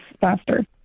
faster